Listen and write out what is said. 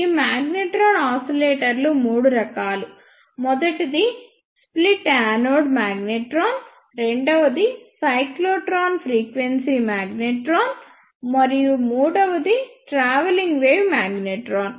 ఈ మాగ్నెట్రాన్ ఆసిలేటర్లు మూడు రకాలు మొదటిది స్ప్లిట్ యానోడ్ మాగ్నెట్రాన్ రెండవది సైక్లోట్రాన్ ఫ్రీక్వెన్సీ మాగ్నెట్రాన్cyclotron frequency magnetron మరియు మూడవది ట్రావెలింగ్ వేవ్ మాగ్నెట్రాన్